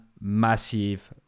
massive